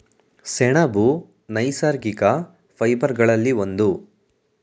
ಸೆಣಬು ನೈಸರ್ಗಿಕ ಫೈಬರ್ ಗಳಲ್ಲಿ ಒಂದು